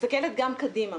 מסתכלת גם קדימה,